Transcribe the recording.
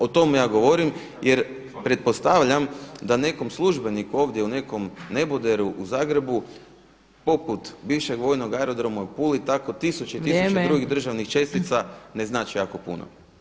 O tome ja govorim jer pretpostavljam da nekom službeniku ovdje u nekom neboderu u Zagrebu poput bivšeg vojnog aerodroma u Puli tako tisuća i tisuće drugih državnih čestica ne znači jako puno.